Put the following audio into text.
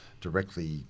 directly